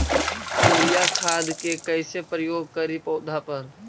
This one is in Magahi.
यूरिया खाद के कैसे प्रयोग करि पौधा पर?